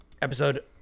episode